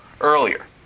earlier